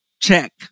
check